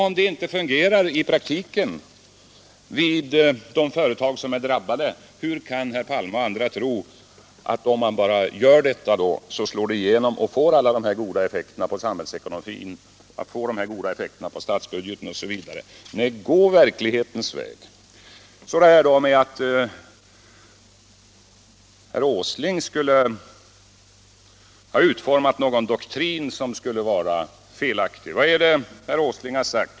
Om det inte fungerar i praktiken vid de företag som är drabbade, hur kan herr Palme och andra då tro att en sådan åtgärd skulle få dessa goda effekter på samhällsekonomin, statsbudgeten osv.? Nej, gå verklighetens väg! Sedan detta med att herr Åsling skulle ha utformat någon felaktig doktrin. Vad har herr Åsling sagt?